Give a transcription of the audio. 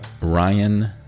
Ryan